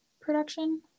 production